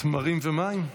תמרים ומים?